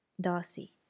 Darcy